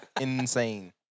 insane